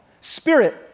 Spirit